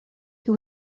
who